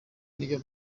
niyo